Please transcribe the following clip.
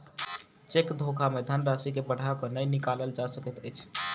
cheque धोखा मे धन राशि के बढ़ा क नै निकालल जा सकैत अछि